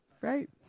Right